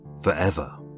forever